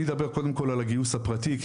אני אדבר קודם כל על הגיוס הפרטי כי